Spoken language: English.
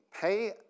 Pay